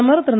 பிரதமர் திரு